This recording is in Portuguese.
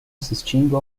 assistindo